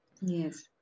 Yes